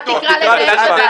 תקרא לזה פקטור.